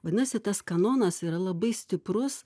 vadinasi tas kanonas yra labai stiprus